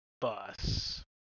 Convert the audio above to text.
bus